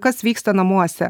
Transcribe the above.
kas vyksta namuose